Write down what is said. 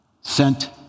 sent